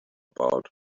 about